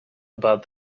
about